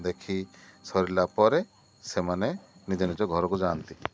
ଦେଖି ସରିଲା ପରେ ସେମାନେ ନିଜ ନିଜ ଘରକୁ ଯାଆନ୍ତି